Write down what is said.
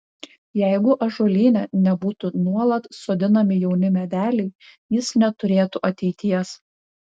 jeigu ąžuolyne nebūtų nuolat sodinami jauni medeliai jis neturėtų ateities